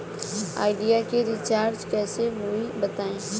Idea के recharge कइसे होई बताईं?